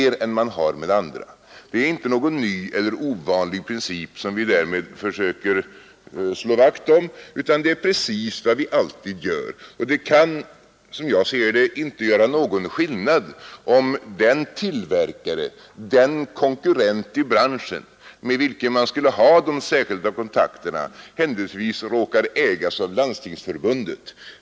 Det är inte någon ny eller ovanlig princip som vi därmed försöker vakt om, utan det är precis vad vi alltid gör. Och det kan, som jag ser det, inte göra någon skillnad om den tillverkare, den konkurrent i branschen, med vilken man skulle ha de särskilda kontakterna, händelsevis råkar ägas av Landstingsförbundet.